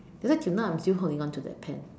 that's why till now I'm still holding onto that pen